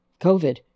COVID